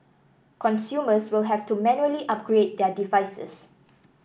consumers will have to manually upgrade their devices